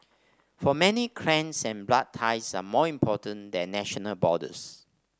for many clans and blood ties are more important than national borders